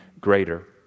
greater